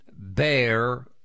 bear